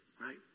right